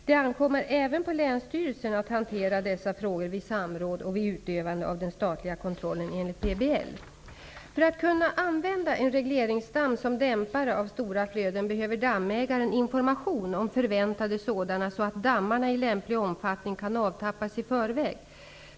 Det ankommer även på länsstyrelsen att hantera dessa frågor vid samråd och vid utövande av den statliga kontrollen enligt PBL. För att kunna använda en regleringsdamm som dämpare av stora flöden behöver dammägaren information om förväntade sådana så att dammarna i lämplig omfattning kan avtappas i förväg.